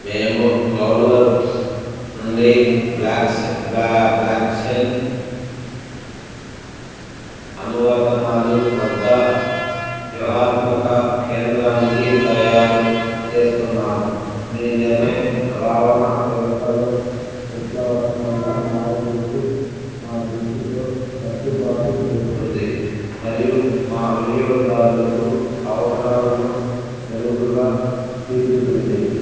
మేము cloud works నుండి blocks blocks and అనువర్తనాలు వద్ద వ్యూహాత్మక కేంద్రానికి తయారు చేస్తున్నాము మీ నిర్ణయం రవాణా వ్యవస్థలో విప్లవత్మంగా మార్పులకు మా దృష్టితో సర్దుబాటు చేస్తుంది మరియు మా వినియోగదారులకు అవసరాలను మెరుగ్గుగా తీర్చుతుంది